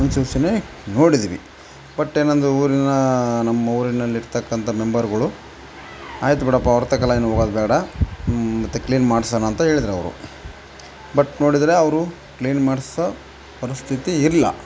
ಮುನ್ಸೂಚನೆ ನೋಡಿದೀವಿ ಬಟ್ ನಂದು ಊರಿನ ನಮ್ಮ ಊರಿನಲ್ಲಿರ್ತಕ್ಕಂಥ ಮೆಂಬರ್ಗಳು ಆಯ್ತು ಬಿಡಪ್ಪ ಅವ್ರ ತನಕ ಎಲ್ಲ ಏನು ಹೋಗೋದ್ ಬೇಡ ಮತ್ತು ಕ್ಲೀನ್ ಮಾಡ್ಸೋಣ ಅಂತ ಹೇಳಿದ್ರ್ ಅವರು ಬಟ್ ನೋಡಿದರೆ ಅವರು ಕ್ಲೀನ್ ಮಾಡ್ಸೋ ಪರಿಸ್ಥಿತಿಯಿರ್ಲ